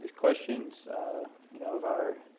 questions you know of our